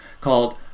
called